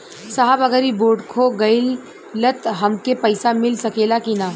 साहब अगर इ बोडखो गईलतऽ हमके पैसा मिल सकेला की ना?